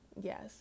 Yes